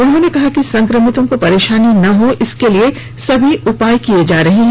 उन्होंने कहा कि संक्रमितों को परेशानी ना हो इसके लिए सभी उपाय किए जा रहे हैं